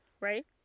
Right